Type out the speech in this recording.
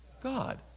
God